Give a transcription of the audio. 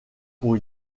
pour